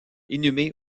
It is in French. inhumé